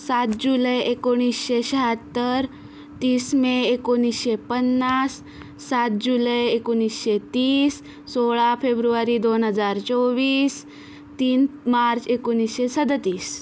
सात जुलै एकोणीसशे शहात्तर तीस मे एकोणीसशे पन्नास सात जुलै एकोणीसशे तीस सोळा फेब्रुवारी दोन हजार चोवीस तीन मार्च एकोणीसशे सदतीस